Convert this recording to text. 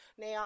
Now